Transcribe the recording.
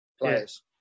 players